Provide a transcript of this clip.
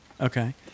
okay